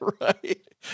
Right